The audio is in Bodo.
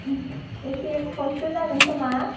एसे खस्थ' जागोन खोमा